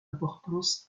importance